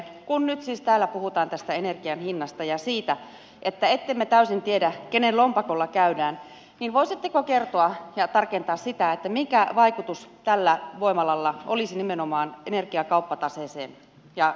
kun nyt siis täällä puhutaan tästä energian hinnasta ja siitä ettemme täysin tiedä kenen lompakolla käydään niin voisitteko kertoa ja tarkentaa sitä mikä vaikutus tällä voimalalla olisi nimenomaan energiakauppataseeseen ja energian hintaan